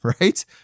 right